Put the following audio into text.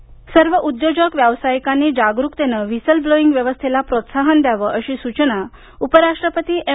नायड् सर्व उद्योजक व्यावसायीकांनी जागरूकतेनं व्हिसल ब्लोईंग व्यवस्थेला प्रोत्साहन द्यावं अशी सूचना उपराष्ट्रपती एम